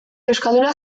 euskalduna